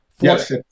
Yes